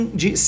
de